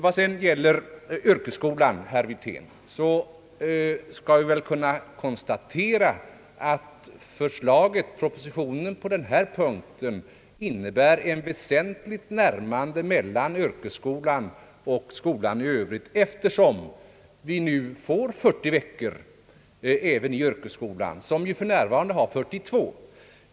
Vad sedan gäller yrkesskolan, herr Wirtén, kan vi väl konstatera att förslaget på denna punkt i propositionen innebär ett väsentligt närmande mellan yrkesskolan och skolan i övrigt, eftersom vi nu får 40 veckor även i yrkesskolan, som ju f. n. har 42.